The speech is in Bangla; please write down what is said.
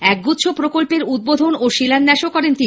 একগুচ্ছ প্রকল্পের উদ্বোধন ও শিলান্যাস করেন তিনি